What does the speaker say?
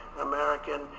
American